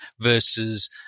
versus